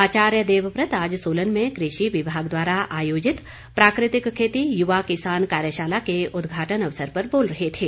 आचार्य देवव्रत आज सोलन में कृषि विभाग द्वारा आयोजित प्राकृतिक खेती युवा किसान कार्यशाला के उद्घाटन अवसर पर बोल रहे थे